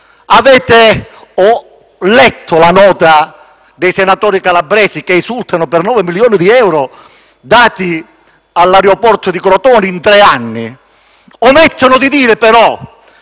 Ho letto la nota dei senatori calabresi che esultano per i nove milioni di euro dati all'aeroporto di Crotone in tre anni. Omettono di dire, però,